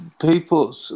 people